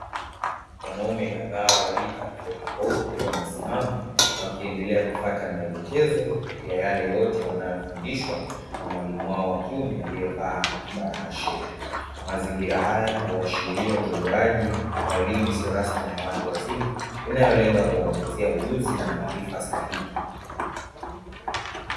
Wanaume kadhaa wa rika tofautitofauti wakiwa wamesimama wakiendelea kufuata maelekezo ya yale yote wanayofundishwa na mwalimu wao wa kiume aliyevaa kibarakashee. Mazingira haya huashiria utolewaji wa elimu isiyo rasmi na ya watu wazima inayolenga kuwaongezea ujuzi na maarifa stahiki.